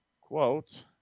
quote